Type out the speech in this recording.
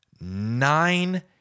nine